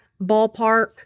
ballpark